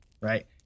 right